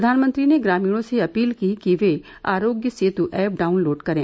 प्रधानमंत्री ने ग्रामीणों से अपील की कि वे आरोग्य सेतु ऐप डाउनलोड करें